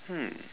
hmm